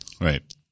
right